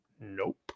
nope